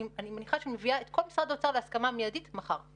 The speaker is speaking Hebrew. אני מניחה שאני מביאה את כל משרד האוצר להסכמה מידית מחר.